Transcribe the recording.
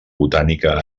botànica